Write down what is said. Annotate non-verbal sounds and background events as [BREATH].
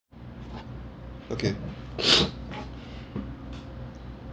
okay [BREATH]